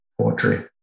poetry